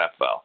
NFL